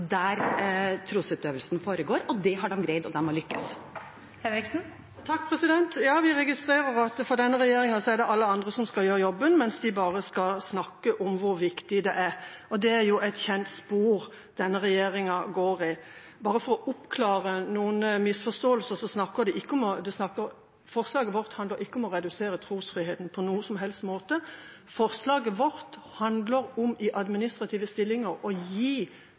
der trosutøvelsen foregår. Det har de greid, de har lyktes. Det åpnes for oppfølgingsspørsmål – først Kari Henriksen. Vi registrerer at for denne regjeringa er det alle andre som skal gjøre jobben, mens de bare skal snakke om hvor viktig det er. Det er jo et kjent spor denne regjeringa går i. Bare for å oppklare noen misforståelser: Forslaget vårt handler ikke om å redusere trosfriheten på noen som helst måte. Forslaget vårt handler om i administrative stillinger å gi